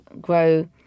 grow